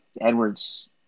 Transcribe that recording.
Edwards